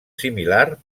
similar